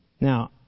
Now